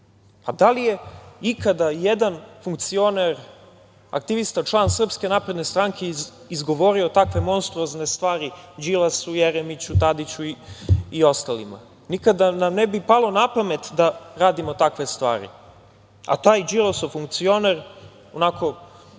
Da li je ikada i jedan funkcioner, aktivista, član SNS izgovorio takve monstruozne stvari Đilasu, Jeremiću, Tadiću i ostalima? Nikada nam ne bi palo na pamet da radimo takve stvari, a taj Đilasov funkcioner, onako,